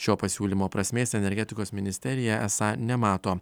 šio pasiūlymo prasmės energetikos ministerija esą nemato